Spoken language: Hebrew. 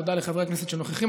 תודה לחברי הכנסת שנוכחים.